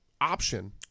option